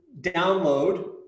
download